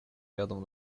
рядом